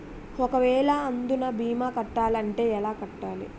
ఒక వేల అందునా భీమా కట్టాలి అంటే ఎలా కట్టాలి?